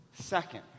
second